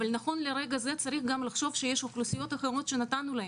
נכון לרגע זה צריך לחשוב שיש אוכלוסיות אחרות שנתנו להם.